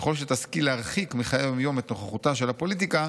ככל שתשכיל להרחיק מחיי היום-יום את נוכחותה של הפוליטיקה,